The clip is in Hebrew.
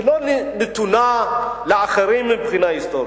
היא לא נתונה לאחרים מבחינה היסטורית,